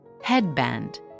headband